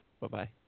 Bye-bye